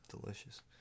delicious